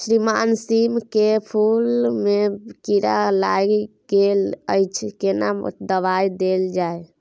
श्रीमान सीम के फूल में कीरा लाईग गेल अछि केना दवाई देल जाय?